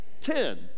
Ten